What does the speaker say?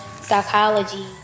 psychology